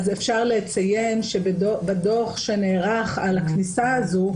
אפשר לציין שצריך לנמק את הדוח שנערך על הכניסה הזו,